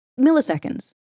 milliseconds